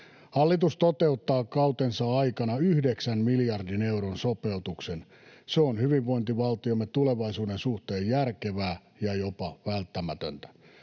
Hallitus toteuttaa kautensa aikana yhdeksän miljardin euron sopeutuksen. Se on hyvinvointivaltiomme tulevaisuuden suhteen järkevää ja jopa välttämätöntä.